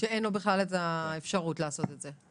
כשאין לו בכלל את האפשרות לעשות את זה.